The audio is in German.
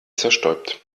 zerstäubt